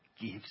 gives